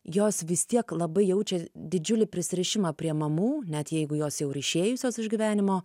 jos vis tiek labai jaučia didžiulį prisirišimą prie mamų net jeigu jos jau ir išėjusios iš gyvenimo